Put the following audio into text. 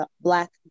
black